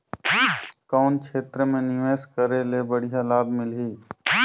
कौन क्षेत्र मे निवेश करे ले बढ़िया लाभ मिलही?